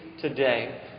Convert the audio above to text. today